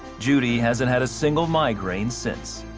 judy hasn't had a single migraine since.